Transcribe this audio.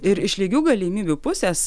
ir iš lygių galimybių pusės